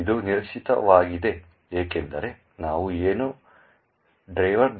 ಇದು ನಿರೀಕ್ಷಿತವಾಗಿದೆ ಏಕೆಂದರೆ ಅದು ಏನು ಡ್ರೈವರ್